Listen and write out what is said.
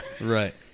Right